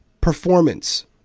performance